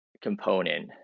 component